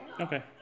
Okay